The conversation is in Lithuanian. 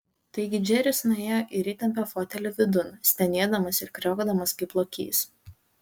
taigi džeris nuėjo ir įtempė fotelį vidun stenėdamas ir kriokdamas kaip lokys